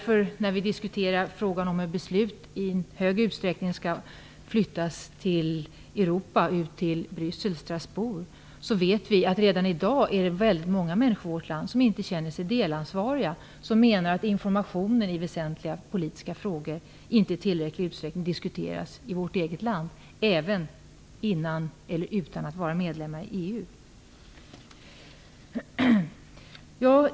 Frågan är nu om besluten i större utsträckning skall flyttas till Bryssel och Strasbourg, men vi vet samtidigt att det redan i dag finns väldigt många människor i vårt land som inte känner sig delansvariga, som menar att informationen i väsentliga politiska frågor redan nu, då vi inte är medlemmar i EU, inte i tillräckligt stor utsträckning når ut i vårt eget land.